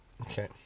Okay